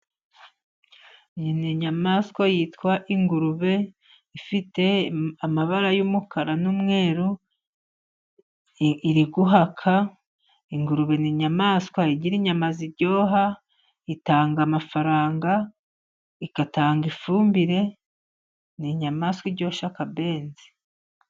Iyi ni nyamaswa yitwa ingurube. Ifite amabara y'umukara n'umweru , iri guhaka . Ingurube ni inyamaswa igira inyama ziryoha. Itanga amafaranga, igatanga ifumbire . Ni inyamaswa ibyoshya kabenzi.